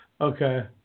Okay